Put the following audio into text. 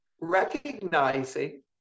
Recognizing